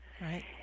Right